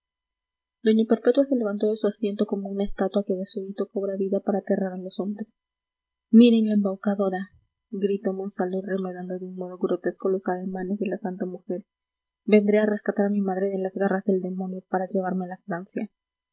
doña perpetua se levantó de su asiento como una estatua que de súbito cobra vida para aterrar a los hombres miren la embaucadora gritó monsalud remedando de un modo grotesco los ademanes de la santa mujer vendré a rescatar a mi madre de las garras del demonio para llevármela